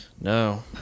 No